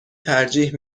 ترجیح